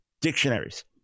dictionaries